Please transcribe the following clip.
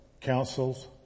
councils